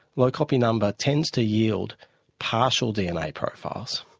low copy number tends to yield partial dna profiles.